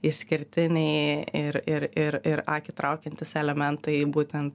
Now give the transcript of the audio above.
išskirtiniai ir ir ir ir akį traukiantis elementai būtent